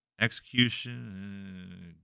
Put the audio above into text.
execution